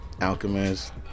Alchemist